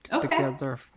together